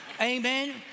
Amen